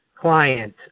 client